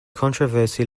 controversy